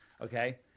Okay